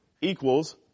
equals